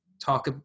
talk